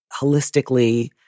holistically